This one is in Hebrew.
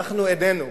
אנחנו איננו,